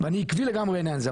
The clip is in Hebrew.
ואני עקבי לגמרי בעניין זה.